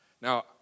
Now